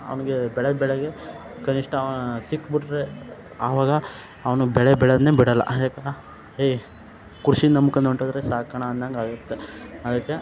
ಅವ್ನಿಗೆ ಬೆಳೆದ ಬೆಳೆಗೆ ಕನಿಷ್ಠ ಸಿಕ್ಕಿಬಿಟ್ರೆ ಆವಾಗ ಅವನು ಬೆಳೆ ಬೆಳೆದ್ನೇ ಬಿಡಲ್ಲ ಯಾಕೆ ಹೇ ಕೃಷಿ ನಂಬ್ಕಂಡ್ ಹೊಂಟೋದ್ರೆ ಸಾಕ್ಕಣೋ ಅಂದಂಗಾಗುತ್ತೆ ಅದಕ್ಕೆ